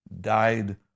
died